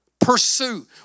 Pursue